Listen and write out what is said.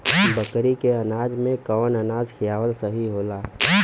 बकरी के अनाज में कवन अनाज खियावल सही होला?